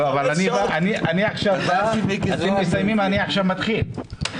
אתם מסיימים, אני עכשיו מתחיל.